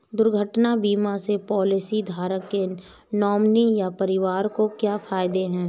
दुर्घटना बीमा से पॉलिसीधारक के नॉमिनी या परिवार को क्या फायदे हैं?